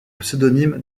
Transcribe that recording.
pseudonyme